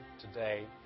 today